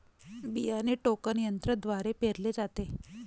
बियाणे टोकन यंत्रद्वारे पेरले जाते